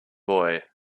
boy